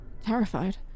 terrified